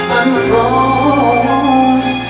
unfolds